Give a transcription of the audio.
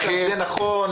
זה נכון,